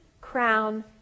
crown